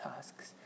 tasks